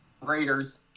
Raiders